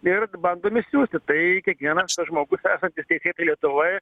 ir bandom išsiųsti tai kiekvienas žmogus esantis teisėtai lietuvoj